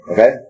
Okay